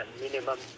minimum